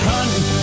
Hunting